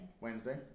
Wednesday